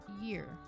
year